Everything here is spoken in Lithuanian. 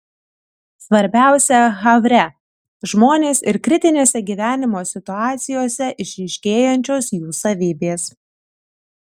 svarbiausia havre žmonės ir kritinėse gyvenimo situacijose išryškėjančios jų savybės